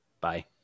bye